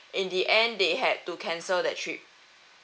in the end they had to cancel that trip